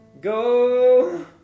Go